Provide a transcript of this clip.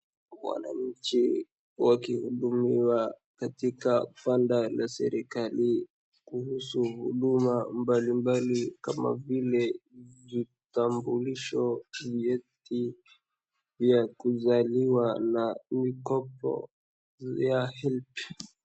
Wananchi wakihudumiwa katika banda la serikali kuhusu huduma mbali mbali kama vile vitambulisho, vyeti vya kuzaliwa na mikopo ya HELB.